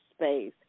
Space